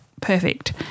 perfect